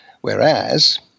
whereas